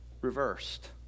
reversed